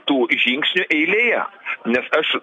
tų žingsnių eilėje nes aš